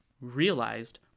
realized